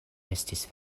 estis